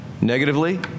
negatively